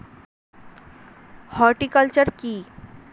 Horticulture কি?